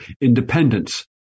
independence